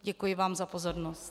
Děkuji vám za pozornost.